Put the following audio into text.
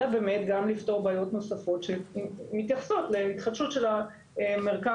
אלא באמת לפתור גם בעיות נוספות שמתייחסות להתחדשות של המרקם